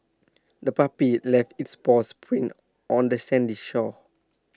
the puppy left its paws prints on the sandy shore